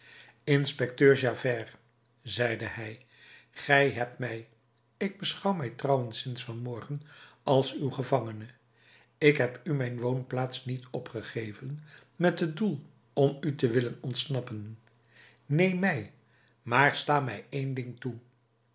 inspecteur javert zeide hij gij hebt mij ik beschouw mij trouwens sinds van morgen als uw gevangene ik heb u mijn woonplaats niet opgegeven met het doel om u te willen ontsnappen neem mij maar sta mij één ding toe